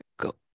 Go